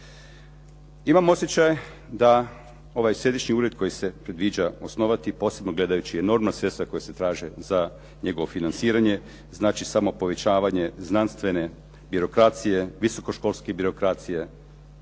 Imam osjećaj da ovaj središnji ured koji se predviđa osnovati posebno gledajući enormna sredstva koja se traže za njegovo financiranje znači samo povećavanje znanstvene birokracije, visokoškolske birokracije